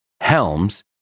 Helms